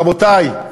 רבותי,